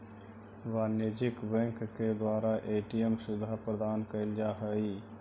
वाणिज्यिक बैंक के द्वारा ए.टी.एम सुविधा प्रदान कैल जा हइ